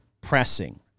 pressing